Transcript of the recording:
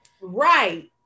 right